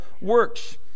works